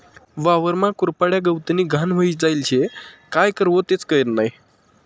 वावरमा कुरपाड्या, गवतनी घाण व्हयी जायेल शे, काय करवो तेच कयत नही?